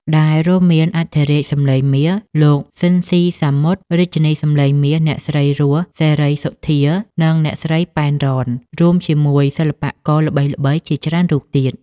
ដែលរួមមានអធិរាជសម្លេងមាស លោក ស៊ីន ស៊ីសាមុត រាជិនីសម្លេងមាស អ្នកស្រី រស់ សេរីសុទ្ធា និងអ្នកស្រី ប៉ែន រ៉ន រួមជាមួយសិល្បករល្បីៗជាច្រើនរូបទៀត។